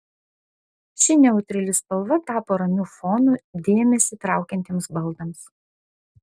ši neutrali spalva tapo ramiu fonu dėmesį traukiantiems baldams